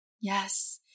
Yes